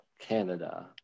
Canada